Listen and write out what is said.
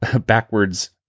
backwards